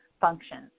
functions